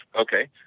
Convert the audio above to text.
okay